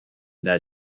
that